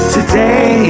Today